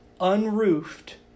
unroofed